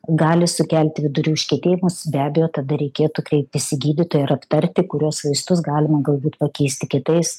gali sukelti vidurių užkietėjimus be abejo tada reikėtų kreiptis į gydytoją ir aptarti kuriuos vaistus galima galbūt pakeisti kitais